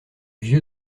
vieux